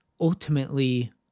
ultimately